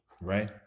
right